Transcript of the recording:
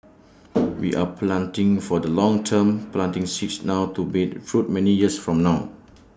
we are planting for the long term planting seeds now to bear fruit many years from now